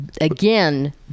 Again